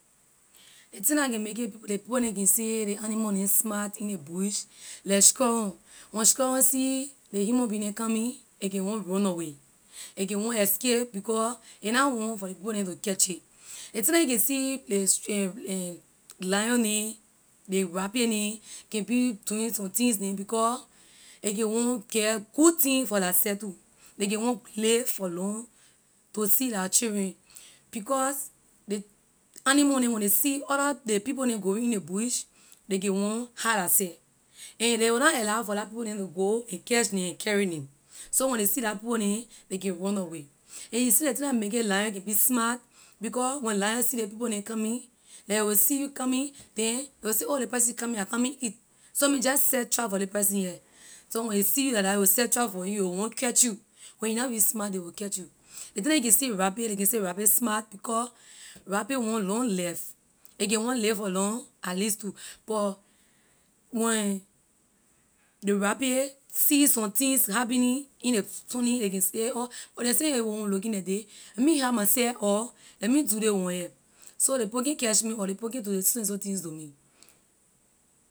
Ley thing la can make it pe- ley people neh can say ley animal neh smart in ley bush like squirrel when squirrel see ley human being neh coming a can want runaway a want escape because a na want for ley people neh to catch it ley lion neh ley rabbit neh can be doing somethings neh because a can want get good thing for la seh too ley can want live for long to see la children because ley animal neh when ley see other ley people neh going in ley bush ley call want hide la seh and ley will na allow for la people neh to go and catch neh and carry neh so when ley see la people neh ley can runaway and you see ley thing la make it lion can be smart because when lion see ley people neh coming like a will see you coming then a will say oh ley person coming I coming eat so let me just set trap for ley person here so when a see you like that a will set trap for you a will want catch you when you na be smart a will catch you ley la you can see rabbit ley can say rabbit smart because rabbit want long life a can want live for long at least to but when ley rabbit see somethings happening in ley sunni a can say oh since ley one looking like this let me hide myself or let me do ley one here so ley people can’t catch me or ley people can’t do so so and so things to me